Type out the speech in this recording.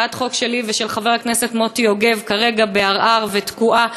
הצעת חוק שלי ושל חבר הכנסת מוטי יוגב כרגע בערר ותקועה,